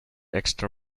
extra